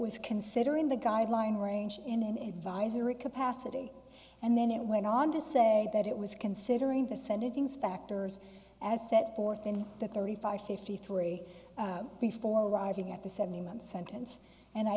was considering the guideline range in an advisory capacity and then it went on to say that it was considering the senate inspector's as set forth in the thirty five fifty three before arriving at the seventy month sentence and i